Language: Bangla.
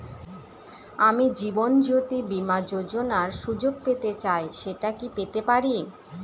আমি জীবনয্যোতি বীমা যোযোনার সুযোগ পেতে চাই সেটা কি পেতে পারি?